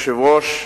אדוני היושב-ראש,